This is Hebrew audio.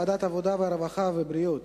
היושב-ראש,